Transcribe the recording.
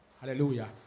Hallelujah